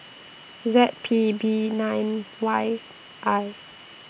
Z P B nine Y I